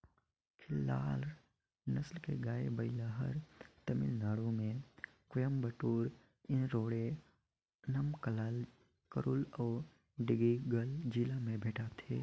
खिल्लार नसल के गाय, बइला हर तमिलनाडु में कोयम्बटूर, इरोडे, नमक्कल, करूल अउ डिंडिगल जिला में भेंटाथे